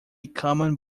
common